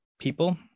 people